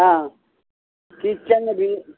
हाँ कीचन भी